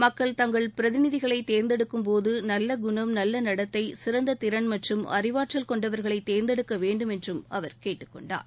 மக்கள் தங்கள் பிரதிநிதிகளை தேர்ந்தெடுக்கும்போது நல்ல குணம் நல்ல நடத்தை சிறந்த திறன் மற்றும் அறிவாற்றல் கொண்டவர்களை தேர்ந்தெடுக்கவேண்டும் என்றும் அவர் கேட்டுக்கொண்டார்